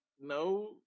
No